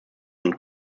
und